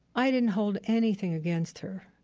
i didn't hold anything against her.